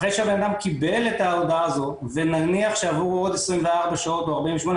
אחרי שהוא קיבל את ההודעה הזו ונניח שעברו עוד 24 או 48 שעות,